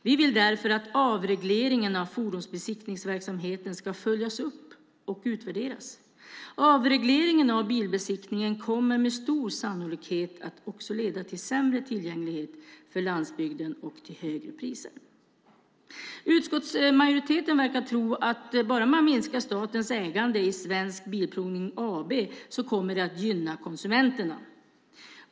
Vi vill därför att avregleringen av fordonsbesiktningsverksamheten ska följas upp och utvärderas. Avregleringen av bilbesiktningen kommer med stor sannolikhet att också leda till sämre tillgänglighet på landsbygden och till högre priser. Utskottsmajoriteten verkar tro att bara man minskar statens ägande i Svensk Bilprovning AB kommer det att gynna konsumenterna.